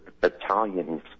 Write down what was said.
battalions